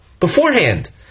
beforehand